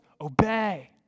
obey